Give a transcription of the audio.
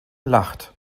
lacht